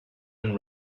and